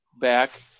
back